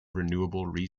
renewable